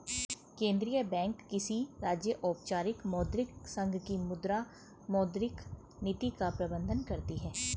केंद्रीय बैंक किसी राज्य, औपचारिक मौद्रिक संघ की मुद्रा, मौद्रिक नीति का प्रबन्धन करती है